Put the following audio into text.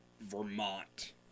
vermont